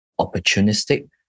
opportunistic